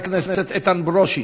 ואחריו, חבר הכנסת איתן ברושי.